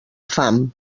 fam